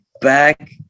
back